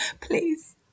please